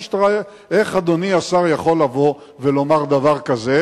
איך אדוני השר יכול לבוא ולומר דבר כזה